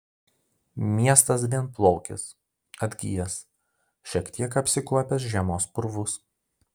miestas vienplaukis atgijęs šiek tiek apsikuopęs žiemos purvus